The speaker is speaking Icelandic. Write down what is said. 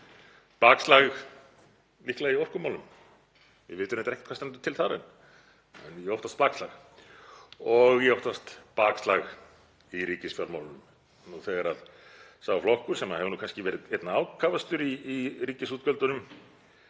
bakslag líklega í orkumálum. Við vitum ekki hvað stendur til þar en ég óttast bakslag og ég óttast bakslag í ríkisfjármálunum þegar sá flokkur sem hefur kannski verið einna ákafastur í ríkisútgjöldunum